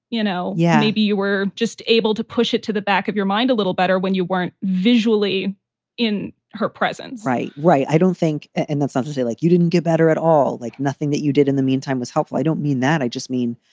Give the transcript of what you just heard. you know. yeah. maybe you were just able to push it to the back of your mind a little better when you weren't visually in her presence right. right. i don't think and that's obviously like you didn't get better at all. like, nothing that you did in the meantime was helpful. i don't mean that. i just mean